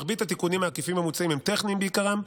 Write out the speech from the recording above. מרבית התיקונים העקיפים המוצעים הם טכניים בעיקרם,